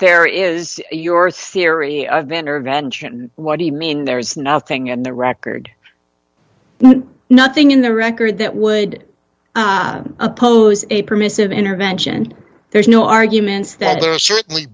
there is your theory of intervention what do you mean there's nothing in the record no nothing in the record that would oppose a permissive intervention and there's no arguments that there certainly